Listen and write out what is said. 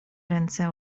ręce